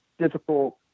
difficult